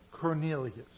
Cornelius